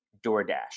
DoorDash